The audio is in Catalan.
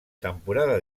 temporada